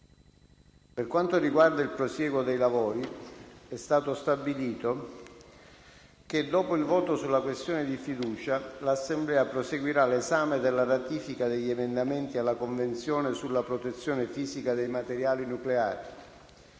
Per quanto riguarda il prosieguo dei lavori è stato stabilito che, dopo il voto sulla questione di fiducia, l'Assemblea proseguirà l'esame della ratifica degli emendamenti alla Convenzione sulla protezione fisica dei materiali nucleari.